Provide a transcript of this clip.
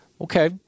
okay